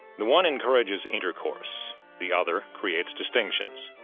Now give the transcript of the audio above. the one encourages intercourse the other creates distinctions.